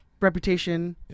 reputation